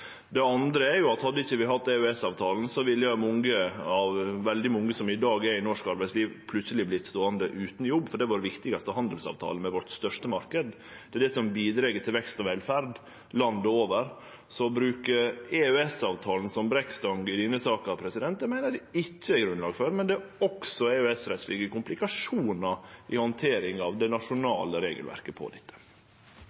Det andre er at hadde vi ikkje hatt EØS-avtalen, ville veldig mange som i dag er i norsk arbeidsliv, plutseleg ha vorte ståande utan jobb, for det er den viktigaste handelsavtalen med vår største marknad, og som bidreg til vekst og velferd landet over. Å bruke EØS-avtalen som brekkstang i denne saka, meiner eg det ikkje er grunnlag for. Men det er også EØS-rettslege komplikasjonar i handteringa av det